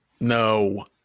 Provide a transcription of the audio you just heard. No